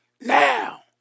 Now